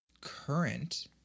current